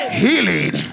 healing